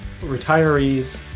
retirees